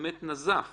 באמת נזף